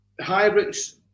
hybrids